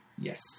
Yes